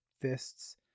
fists